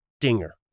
dinger